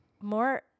more